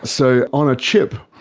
so on a chip,